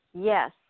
Yes